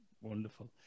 Wonderful